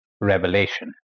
revelation